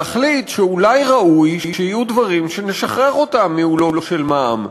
להחליט שאולי ראוי שיהיו דברים שנשחרר אותם מעולו של מע"מ?